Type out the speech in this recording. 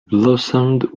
blossomed